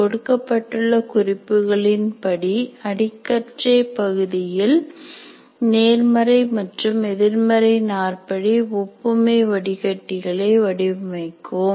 கொடுக்கப்பட்டுள்ள குறிப்புகளின் படி அடிக்கற்றை பகுதியில் நேர்மறை மற்றும் எதிர்மறை நாற்படி ஒப்புமை வடிகட்டி களை வடிவமைக்கவும்